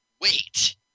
wait